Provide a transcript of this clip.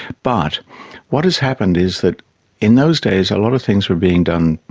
but what has happened is that in those days a lot of things were being done,